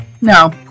No